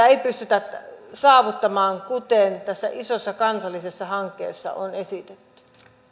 ei pystytä saavuttamaan kuten tässä isossa kansallisessa hankkeessa on esitetty